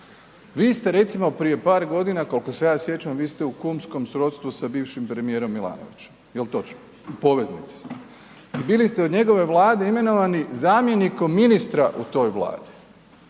Vi ste recimo prije par godina, koliko se ja sjećam, vi ste u kumskom srodstvu sa bivšim premijerom Milanovićem, jel točno? U poveznici ste. Bili ste u njegovoj vladi imenovani zamjenikom ministra u toj Vladi,